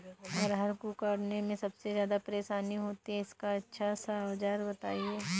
अरहर को काटने में सबसे ज्यादा परेशानी होती है इसका अच्छा सा औजार बताएं?